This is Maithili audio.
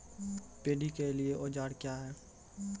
पैडी के लिए औजार क्या हैं?